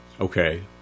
okay